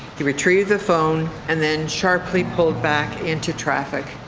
he retrieved the phone and then sharply pulled back into traffic